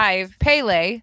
Pele